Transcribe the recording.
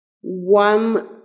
one